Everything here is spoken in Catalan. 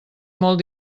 molt